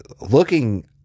looking